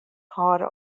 hâlde